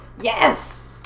Yes